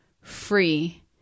free